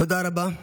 תודה רבה.